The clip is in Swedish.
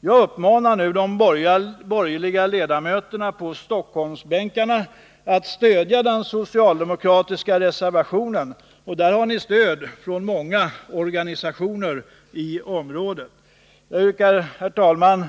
Jag uppmanar nu de borgerliga ledamöterna på Stockholmsbänkarna att stödja den socialdemokratiska reservationen 4. Då har ni många organisationer i området bakom er. Jag yrkar, herr talman,